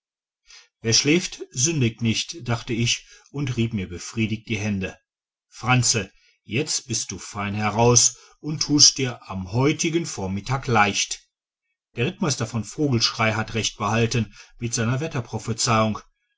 wer schläft sündigt nicht dachte ich und rieb mir befriedigt die hände franzl jetzt bist du fein heraus und tust dir am heutigen vormittag leicht der rittmeister von vogelschrey hat recht behalten mit seiner